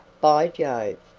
by jove,